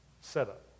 setup